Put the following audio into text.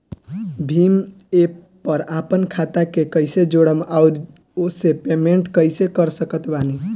Bhim app पर आपन खाता के कईसे जोड़म आउर ओसे पेमेंट कईसे कर सकत बानी?